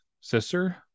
sister